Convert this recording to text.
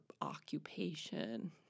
occupation